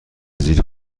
زیر